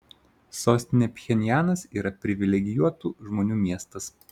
sostinė pchenjanas yra privilegijuotų žmonių miestas